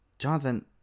Jonathan